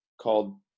called